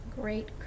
great